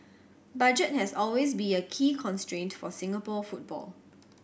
budget has always be a key constraint for Singapore football